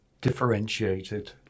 differentiated